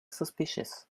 suspicious